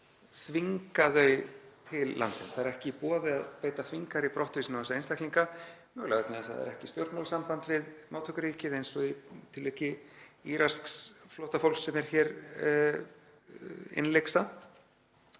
þvingað þau til landsins. Það er ekki í boði að beita þvingaðri brottvísun á þessa einstaklinga, mögulega vegna þess að það er ekki stjórnmálasamband við móttökuríkið eins og í tilviki írasks flóttafólks sem er hér innlyksa.